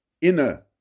inner